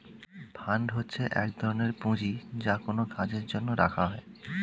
fund হচ্ছে এক ধরনের পুঁজি যা কোনো কাজের জন্য রাখা হয়